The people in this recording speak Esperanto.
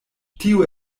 tio